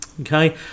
okay